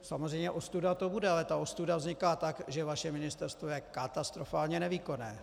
Samozřejmě, ostuda to bude, ale ta ostuda vzniká tak, že vaše ministerstvo je katastrofálně nevýkonné.